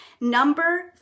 Number